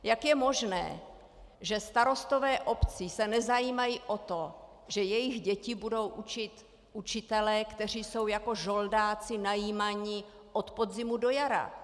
Jak je možné, že starostové obcí se nezajímají o to, že jejich děti budou učit učitelé, kteří jsou jako žoldáci najímaní od podzimu do jara?